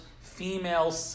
female